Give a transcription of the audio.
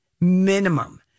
minimum